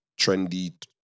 trendy